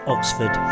Oxford